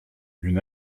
une